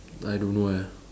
I don't know eh